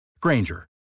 Granger